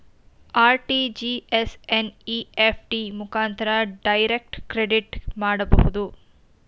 RTGS, NEFT ಮುಖಾಂತರ direct credit ಮಾಡಬಹುದು